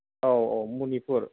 औ औ मनिपुर